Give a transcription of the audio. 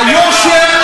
לקחתי.